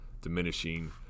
diminishing